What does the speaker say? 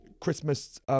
Christmas